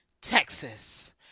Texas